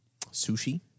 Sushi